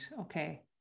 okay